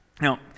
Now